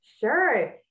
Sure